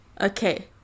okay